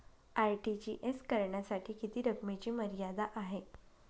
RTGS करण्यासाठी किती रकमेची मर्यादा आहे?